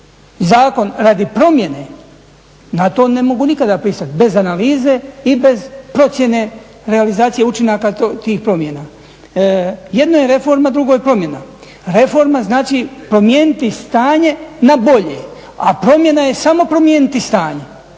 zakon radi promjene na to ne mogu nikada pristati bez analize i bez procjene realizacije učinaka tih promjena. Jedno je reforma, drugo je promjena. Reforma znači promijeniti stanje na bolje, a promjena je samo promijeniti stanje.